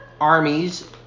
armies